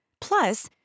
Plus